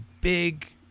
big